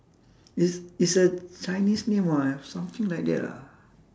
it's it's a chinese name ah something like that lah